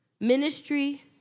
Ministry